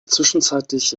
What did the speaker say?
zwischenzeitlich